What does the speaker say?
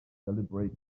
celebrate